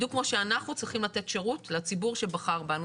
בדיוק כמו שאנחנו צריכים לתת שירות לציבור שבחר בנו,